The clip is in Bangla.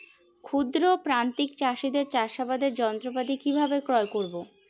ক্ষুদ্র প্রান্তিক চাষীদের চাষাবাদের যন্ত্রপাতি কিভাবে ক্রয় করব?